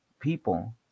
people